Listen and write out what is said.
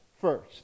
first